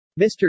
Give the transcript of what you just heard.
Mr